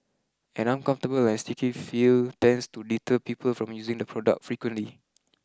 an uncomfortable and sticky feel tends to deter people from using the product frequently